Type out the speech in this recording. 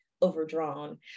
overdrawn